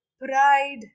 pride